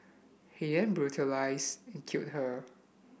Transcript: he then brutalised and killed her